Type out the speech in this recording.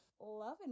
loving